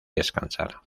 descansar